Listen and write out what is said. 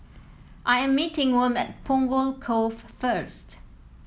I am meeting Wm at Punggol Cove first